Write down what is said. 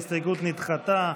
ההסתייגות נדחתה.